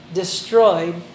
destroyed